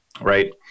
right